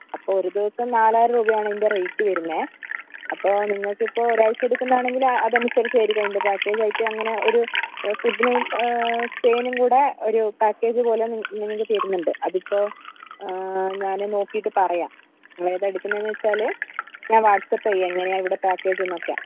അപ്പോൾ ഒരു ദിവസം നാലായിരം രൂപയാണ് ഇതിൻ്റെ റേറ്റ് വരുന്നത് അപ്പോൾ നിങ്ങൾക്ക് ഇപ്പോൾ ഒരാഴ്ച എടുക്കുന്നതാണെങ്കിൽ അ അതനുസരിച്ച് വരും അതിൻ്റെ പാക്കേജ് ആയിട്ട് അങ്ങനെ ഒരു ഫുഡിനും സ്റ്റേയിനും കൂടെ ഒരു പാക്കേജ് പോലെ നിങ്ങൾക്ക് തരുന്നുണ്ട് അതിപ്പോൾ ഞാൻ നോക്കിയിട്ട് പറയാം നിങ്ങൾ ഏതാണ് എടുക്കുന്നതെന്ന് വെച്ചാൽ ഞാൻ വാട്സാപ്പ് ചെയ്യാം എങ്ങനെയാണ് ഇവിടെ പാക്കേജ് എന്നൊക്കെ